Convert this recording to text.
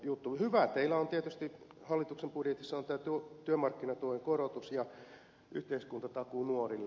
hyvää teillä on tietysti hallituksen budjetissa tämä työmarkkinatuen korotus ja yhteiskuntatakuu nuorille